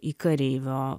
į kareivio